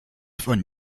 von